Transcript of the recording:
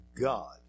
God